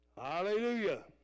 Hallelujah